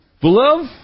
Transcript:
Beloved